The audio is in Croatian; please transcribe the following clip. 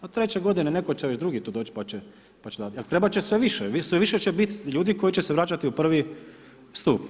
A treće godine netko će već drugi to doć pa će dat, jel trebat će sve više, sve više će bit ljudi koji će se vraćati u I. stup.